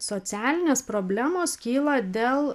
socialinės problemos kyla dėl